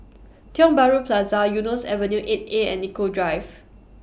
Tiong Bahru Plaza Eunos Avenue eight A and Nicoll Drive